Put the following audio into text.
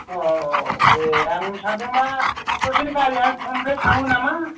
औ औ औ ए आं सानदोंमा ससे गारिआनो थमब्लेथ थाङो नामा